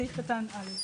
סעיף קטן (א),